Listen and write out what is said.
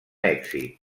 èxit